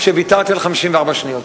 שוויתרתי על 54 שניות.